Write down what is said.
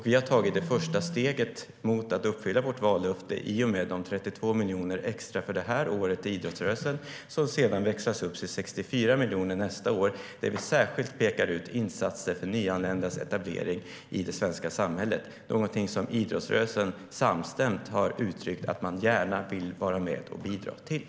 Vi har tagit det första steget mot att uppfylla vårt vallöfte i och med de 32 miljonerna extra till idrottsrörelsen för det här året, som höjs till 64 miljoner för nästa år. Det vi särskilt pekar ut är insatser för nyanländas etablering i det svenska samhället, någonting som idrottsrörelsen samstämmigt har uttryckt att man gärna vill vara med och bidra till.